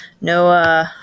no